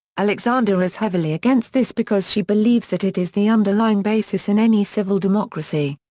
alexander is heavily against this because she believes that it is the underlying basis in any civil democracy.